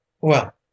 Well